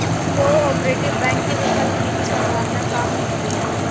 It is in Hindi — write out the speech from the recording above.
कोआपरेटिव बैंक के विफल होने की सम्भावना काम होती है